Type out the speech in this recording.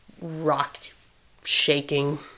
rock-shaking